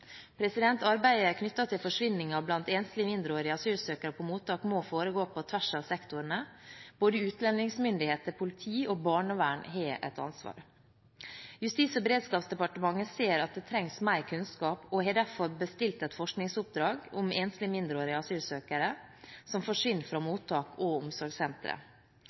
Arbeidet knyttet til forsvinning av enslige mindreårige asylsøkere på mottak må foregå på tvers av sektorene. Både utlendingsmyndigheter, politi og barnevern har et ansvar. Justis- og beredskapsdepartementet ser at det trengs mer kunnskap, og har derfor bestilt et forskningsoppdrag om enslige mindreårige asylsøkere som forsvinner fra mottak og omsorgssentre.